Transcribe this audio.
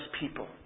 people